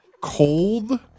cold